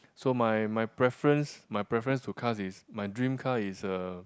so my my preference my preference to car is my dream car is a